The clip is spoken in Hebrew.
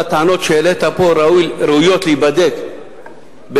כל הטענות שהעלית פה ראויות להיבדק בבדיקה,